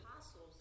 Apostles